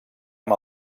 amb